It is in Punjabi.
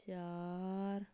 ਚਾਰ